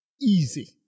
Easy